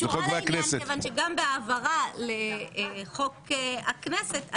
גם בהעברה לחוק הכנסת,